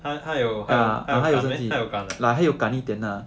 他他有他有他有 gan meh